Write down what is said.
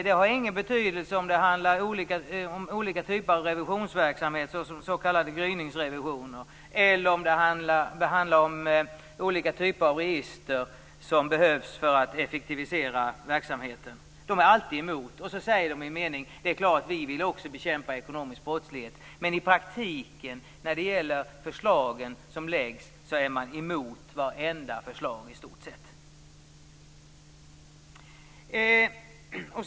Det har ingen betydelse om det handlar om olika typer av revisionsverksamhet, som s.k. gryningsrevisioner, eller olika typer av register som behövs för att effektivisera verksamheten. De är alltid emot. Och så säger de: Det är klart att också vi vill bekämpa ekonomisk brottslighet. Men i praktiken är man emot i stort sett vartenda förslag som läggs fram.